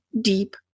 deep